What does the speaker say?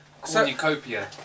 cornucopia